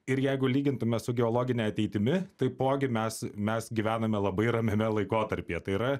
ir jeigu lygintume su geologine ateitimi taipogi mes mes gyvename labai ramiame laikotarpyje tai yra